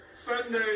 Sunday